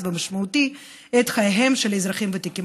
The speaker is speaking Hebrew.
ומשמעותי את חייהם של האזרחים הוותיקים.